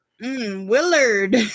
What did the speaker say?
Willard